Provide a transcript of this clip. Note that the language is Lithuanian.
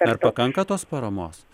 ar pakanka tos paramos